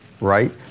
right